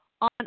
on